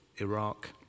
Iraq